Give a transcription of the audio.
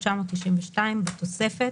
בתוספת,